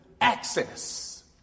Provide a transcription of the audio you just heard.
access